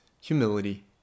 humility